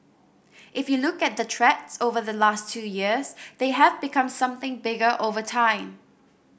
if you look at the threats over the last two years they have become something bigger over time